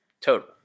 total